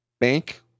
Bank